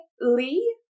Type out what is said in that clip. Lee